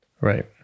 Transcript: Right